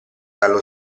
dallo